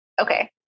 Okay